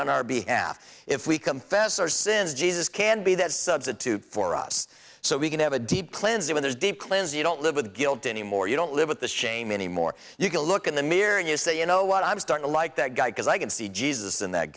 on our behalf if we come fessor sins jesus can be that substitute for us so we can have a deep cleansing when there's deep cleanse you don't live with guilt anymore you don't live with the shame anymore you can look in the mirror and you say you know what i'm start to like that guy because i can see jesus in that